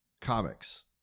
comics